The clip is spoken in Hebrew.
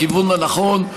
בכיוון הנכון.